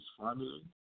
family